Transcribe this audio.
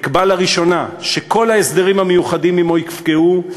נקבע לראשונה שכל ההסדרים המיוחדים עמו יפקעו,